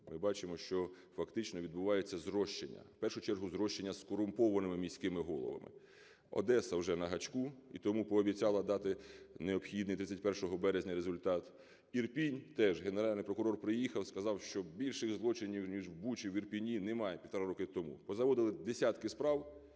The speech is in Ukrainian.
ми бачимо, що фактично відбувається зрощення, в першу чергу зрощення з корумпованими міськими головами. Одеса вже на гачку, і тому пообіцяла дати необхідний 31 березня результат. Ірпінь - теж Генеральний прокурор приїхав, сказав, що більше злочинів, ніж в Бучі, в Ірпені, немає, півтора роки тому. Позаводили десятки справ